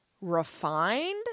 refined